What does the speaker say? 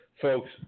folks